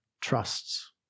trusts